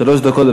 שלוש דקות.